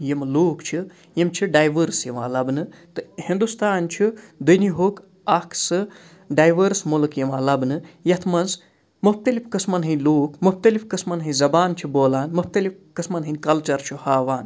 یِم لوٗکھ چھِ یِم چھِ ڈایوٲرٕس یِوان لَبنہٕ تہٕ ہِندُستان چھُ دُنِہُک اَکھ سُہ ڈایوٲرٕس مُلک یِوان لَبنہٕ یَتھ منٛز مختلف قٕسمَن ہٕنٛدۍ لوٗکھ مُختلِف قٕسمَن ہِنٛز زَبان چھِ بولان مختلف قٕسمَن ہٕنٛدۍ کَلچَر چھُ ہاوان